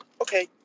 okay